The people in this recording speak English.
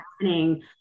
happening